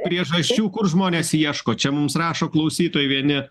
priežasčių kur žmonės ieško čia mums rašo klausytojai vieni